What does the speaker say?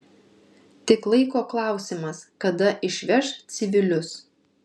tik laiko klausimas kada išveš civilius